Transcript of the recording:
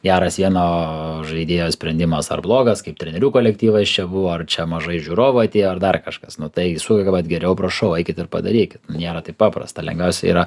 geras vieno žaidėjo sprendimas ar blogas kaip trenerių kolektyvas čia buvo ar čia mažai žiūrovų atėjo ar dar kažkas nu tai suvokia vat geriau prašau eikit ir padarykit nu nėra taip paprasta lengviausia yra